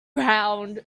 round